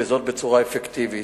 וזאת בצורה אפקטיבית,